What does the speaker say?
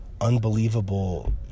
Unbelievable